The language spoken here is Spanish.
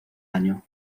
año